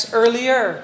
earlier